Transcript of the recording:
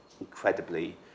incredibly